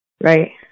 Right